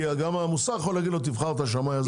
כי גם המוסך יכול להגיד לו: תבחר את השמאי הזה,